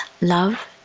love